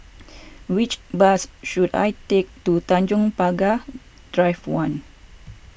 which bus should I take to Tanjong Pagar Drive one